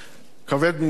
כבד מנשוא?